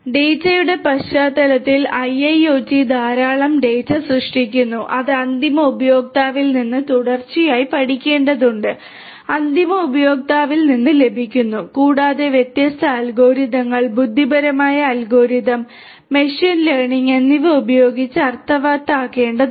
ഡാറ്റയുടെ പശ്ചാത്തലത്തിൽ IIoT ധാരാളം ഡാറ്റ സൃഷ്ടിക്കുന്നു അത് അന്തിമ ഉപയോക്താവിൽ നിന്ന് തുടർച്ചയായി പഠിക്കേണ്ടതുണ്ട് അന്തിമ ഉപയോക്താവിൽ നിന്ന് ലഭിക്കുന്നു കൂടാതെ വ്യത്യസ്ത അൽഗോരിതങ്ങൾ ബുദ്ധിപരമായ അൽഗോരിതം മെഷീൻ ലേണിംഗ് എന്നിവ ഉപയോഗിച്ച് അർത്ഥവത്താക്കേണ്ടതുണ്ട്